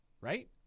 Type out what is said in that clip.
right